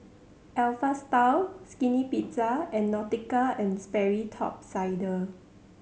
Alpha Style Skinny Pizza and Nautica and Sperry Top Sider